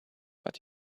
but